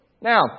Now